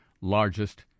largest